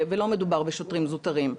ולא מדובר בשוטרים זוטרים.